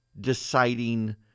deciding